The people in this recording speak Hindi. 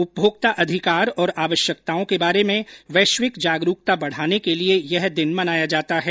उपभोक्ता अधिकार और आवश्यकताओं के बारे में वैश्विक जागरूकता बढाने के लिए यह दिन मनाया जाता है